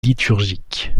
liturgique